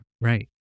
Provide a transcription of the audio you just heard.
Right